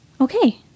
Okay